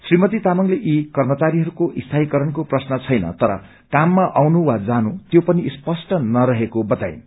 श्रीमती तामाङले यी कर्मचारीहरूको स्थायीकरणको प्रश्न छैन तर काममा आउनु वा जानु त्यो पनि स्पष्ट नरहेको बेताइनु